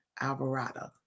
Alvarado